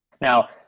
Now